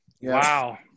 Wow